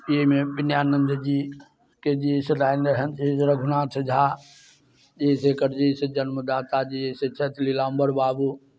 एहिमे विनयानन्द जी के जे अइ से रहनि एहिमे रघुनाथ झा जे अइ से एकर जे अइ से जन्मदाता जे अइ से छथि नीलाम्बर बाबू